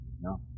No